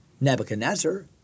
Nebuchadnezzar